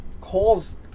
calls